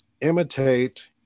imitate